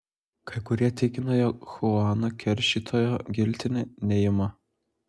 kai kurie tikina jog chuano keršytojo giltinė neima